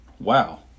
wow